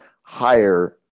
higher